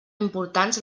importants